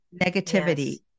negativity